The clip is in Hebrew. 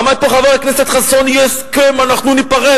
עמד פה חבר הכנסת חסון, יהיה הסכם, אנחנו ניפרד.